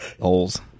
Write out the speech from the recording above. Holes